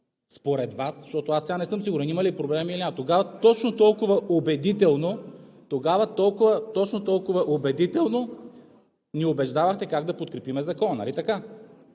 според Вас, защото аз сега не съм сигурен – има ли проблем, няма ли, точно тогава толкова убедително ни убеждавате как да подкрепим Закона,